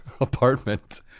apartment